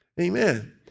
Amen